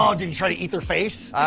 um did he try to eat their face?